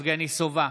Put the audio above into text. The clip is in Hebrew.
יבגני סובה,